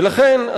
ולכן,